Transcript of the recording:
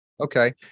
Okay